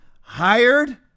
hired